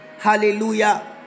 Hallelujah